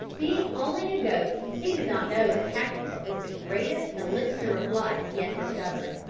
being only a goat, he did not know that happiness is the greatest elixir of life yet discovered.